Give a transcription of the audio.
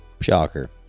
shocker